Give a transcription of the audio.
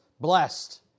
blessed